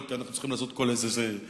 כי אנחנו צריכים לעשות כל איזה זמן.